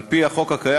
על-פי החוק הקיים,